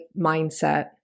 mindset